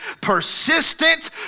persistent